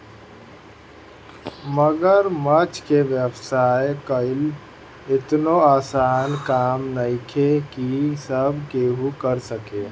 मगरमच्छ के व्यवसाय कईल एतनो आसान काम नइखे की सब केहू कर सके